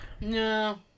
No